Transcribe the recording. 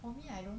for me I don't